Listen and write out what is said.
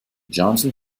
johnson